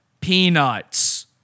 peanuts